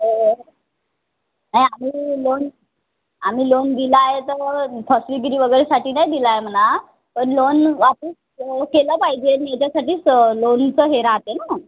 हो नाही आम्ही लोन आम्ही लोन दिलं आहे तर फसवेगिरी वगैरेसाठी नाही दिलं आहे म्हणा पण लोन वापस केलं पाहिजे मी याच्यासाठीच लोनचं हे राहते ना